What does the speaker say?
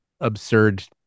absurd